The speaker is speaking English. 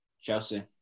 Chelsea